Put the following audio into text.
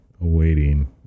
awaiting